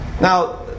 Now